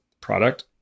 product